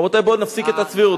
רבותי, בואו נפסיק את הצביעות.